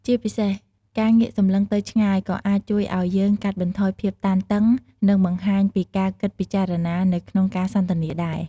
ជាពិសេស ការងាកសំឡឹងទៅឆ្ងាយ ក៏អាចជួយអោយយើងកាត់បន្ថយភាពតានតឹង និងបង្ហាញពីការគិតពិចារណានៅក្នុងការសន្ទនាដែរ។